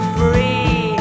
free